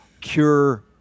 cure